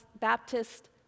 Baptist